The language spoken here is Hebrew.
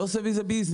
לא הבנו את הדבר,